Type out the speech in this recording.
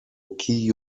kee